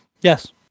Yes